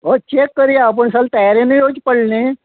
हय चॅक करया पूण सगल तयारीनू येवचें पडलें न्ही